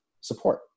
support